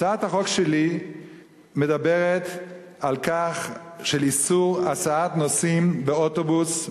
הצעת החוק שלי מדברת על איסור הסעת נוסעים באוטובוס,